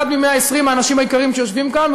אחד מ-120 האנשים היקרים שיושבים כאן,